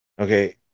okay